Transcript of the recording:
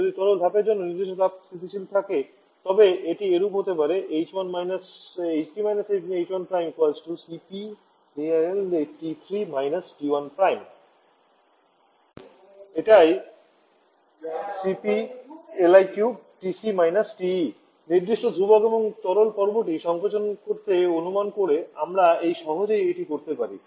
যদি তরল ধাপের জন্য নির্দিষ্ট তাপ স্থিতিশীল থাকে তবে এটি এরূপ হতে পারে h3 − h1 Cpliq T3 T1 এটাই Cpliq TC - TE নির্দিষ্ট ধ্রুবক এবং তরল পর্বটি সংকোচনের হতে অনুমান করে আমরা এটি সহজেই এটি করতে পারি